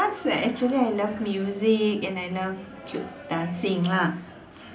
arts actually I love music and I love c~ dancing lah